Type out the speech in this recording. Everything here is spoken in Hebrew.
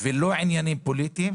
ולא עניינים פוליטיים.